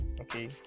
Okay